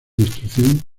instrucción